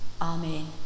amen